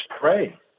pray